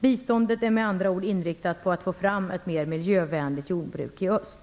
Biståndet är med andra ord inriktat på att få fram ett mer miljövänligt jordbruk i öst.